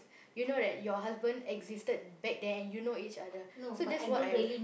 you know that your husband existed back then and you know each other so that's what I